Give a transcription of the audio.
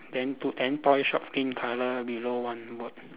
then put then toy shop pink colour below one word